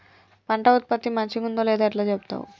పంట ఉత్పత్తి మంచిగుందో లేదో ఎట్లా చెప్తవ్?